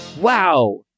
Wow